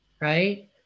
right